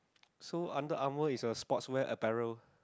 so Under-Armour is your sports wear apparel